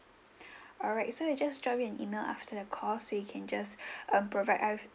alright so you just drop me an email after the call so you can just provide us